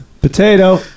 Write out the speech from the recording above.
potato